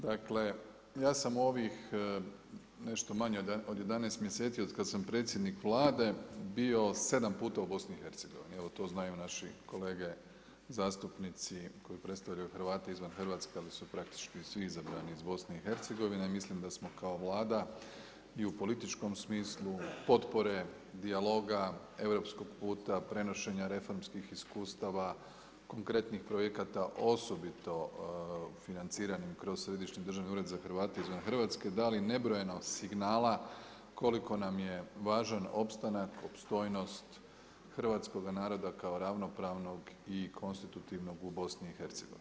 Dakle ja sam u ovih nešto manje od 11 mjeseci od kada sam prisjednik Vlade bio sedam puta u BiH, evo to znaju naši kolege zastupnici koji predstavljaju Hrvate izvan Hrvatske, ali su praktički svi izabrani iz BiH i mislim da smo kao Vlada i u političkom smislu potpore, dijaloga, europskog puta prenošenja reformskih iskustava konkretnih projekata, osobito financiranim kroz Središnji državni ured za Hrvate izvan Hrvatske dali nebrojeno signala koliko nam je važan opstanak, opstojnost hrvatskoga naroda kao ravnopravnog i konstitutivnog u BiH.